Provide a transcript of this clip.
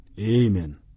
Amen